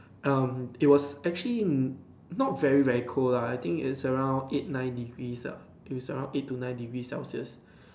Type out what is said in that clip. um it was actually not very very cold lah I think it's around eight nine degrees lah it's around eight to nine degree Celsius